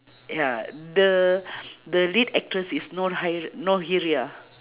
ya the the lead actress is noor-hai~ noorkhiriah